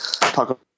talk